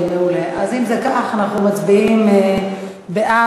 אז אנחנו נעלה את זה להצבעה.